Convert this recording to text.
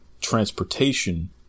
transportation